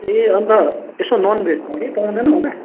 ए अन्त यसो नन् भेजमा केही पाउँदैन होला